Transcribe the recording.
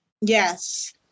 Yes